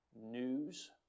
news